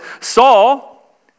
Saul